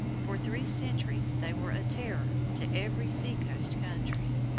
for three centuries they were a terror to every sea-coast country.